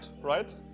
right